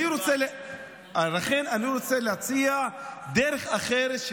אני רוצה להציע דרך אחרת,